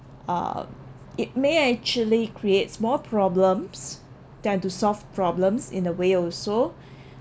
uh it may actually creates more problems than to solve problems in a way also